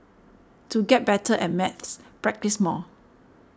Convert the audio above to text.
to get better at maths practise more